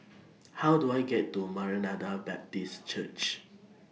How Do I get to Maranatha Baptist Church